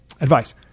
advice